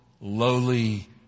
lowly